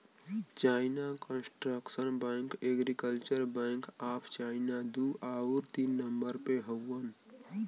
China construction bank, agriculture bank of China दू आउर तीन नम्बर पे हउवन